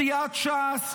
סיעת ש"ס,